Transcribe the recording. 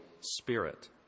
Spirit